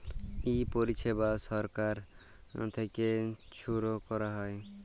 ই পরিছেবা ছরকার থ্যাইকে ছুরু ক্যরা হ্যয়